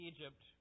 Egypt